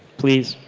please.